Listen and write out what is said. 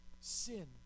sin